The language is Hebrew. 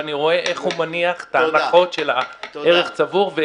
ואני רואה איך הוא מניח את ההנחות של ערך צבור,